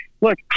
look